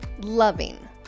Loving